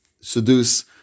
seduce